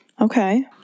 Okay